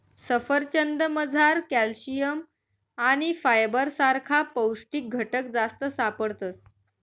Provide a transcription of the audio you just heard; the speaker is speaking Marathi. सफरचंदमझार कॅल्शियम आणि फायबर सारखा पौष्टिक घटक जास्त सापडतस